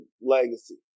legacy